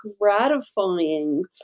gratifying